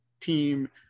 team